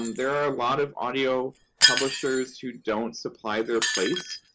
um there are a lot of audio publishers who don't supply their place,